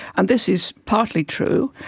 and this is partly true.